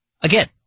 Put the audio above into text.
again